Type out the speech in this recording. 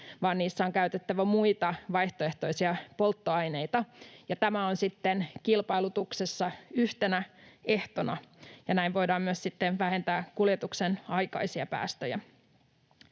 vaan niissä on käytettävä muita vaihtoehtoisia polttoaineita. Tämä on sitten kilpailutuksessa yhtenä ehtona, ja näin voidaan myös sitten vähentää kuljetuksen aikaisia päästöjä.